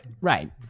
Right